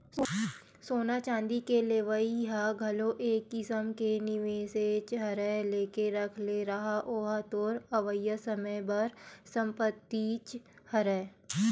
सोना चांदी के लेवई ह घलो एक किसम के निवेसेच हरय लेके रख ले रहा ओहा तोर अवइया समे बर संपत्तिच हरय